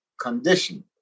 Condition